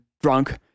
drunk